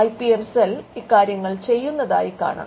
I P M cell ഇക്കാര്യങ്ങൾ ചെയ്യുന്നതായി കാണാം